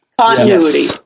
continuity